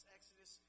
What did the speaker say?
Exodus